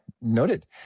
noted